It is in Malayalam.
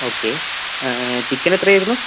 ഓക്കേ ചിക്കൻ എത്രയായിരുന്നു